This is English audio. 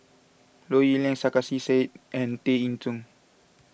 Low Yen Ling Sarkasi Said and Tay Eng Soon